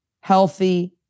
healthy